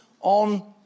on